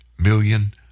million